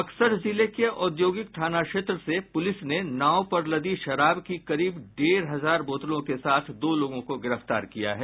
बक्सर जिले के औद्योगिक थाना क्षेत्र से पुलिस ने नाव पर लदी शराब की करीब डेढ़ हजार बोतलों के साथ दो लोगों को गिरफ्तार किया है